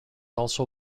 also